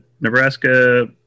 Nebraska